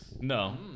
No